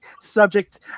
subject